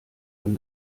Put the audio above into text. von